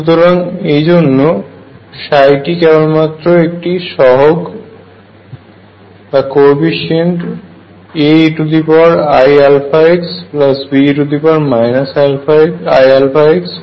সুতরাং এই জন্য টি কেবলমাত্র একটি সহগ AeiαxBe iαx হয়